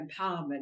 empowerment